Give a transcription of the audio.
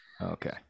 Okay